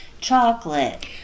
chocolate